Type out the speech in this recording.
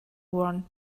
one